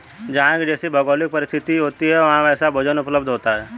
जहां की जैसी भौगोलिक परिस्थिति होती है वहां वैसा भोजन उपलब्ध होता है